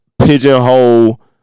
pigeonhole